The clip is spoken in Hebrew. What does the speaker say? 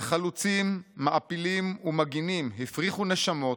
וחלוצים, מעפילים ומגינים הפריחו נשמות,